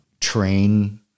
train